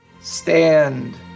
stand